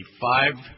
five